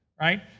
right